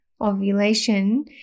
Ovulation